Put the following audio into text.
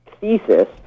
thesis